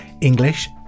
English